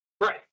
Right